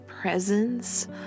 presence